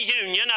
union